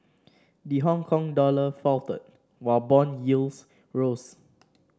the Hongkong dollar faltered while bond yields rose